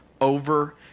over